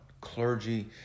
clergy